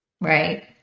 right